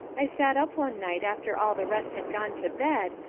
i sat up one night after all the rest had gone to bed,